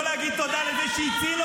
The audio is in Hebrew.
--- להגיד תודה ----- Mister president,